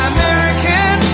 American